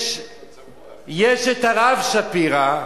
אני אומר לכם, יש הרב שפירא,